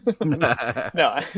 No